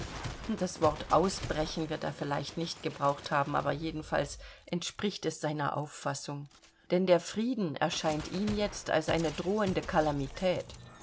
das wort ausbrechen wird er vielleicht nicht gebraucht haben aber jedenfalls entspricht es seiner auffassung denn der frieden erscheint ihm jetzt als eine drohende kalamität